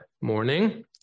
morning